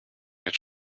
wird